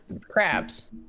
crabs